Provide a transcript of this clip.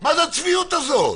מה היא הצביעות הזאת?